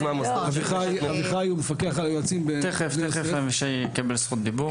אביחי הוא מפקח על היועצים ב- תיכף אבישי יקבל זכות דיבור.